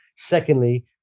Secondly